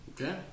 Okay